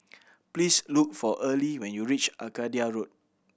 please look for Earlie when you reach Arcadia Road